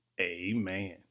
amen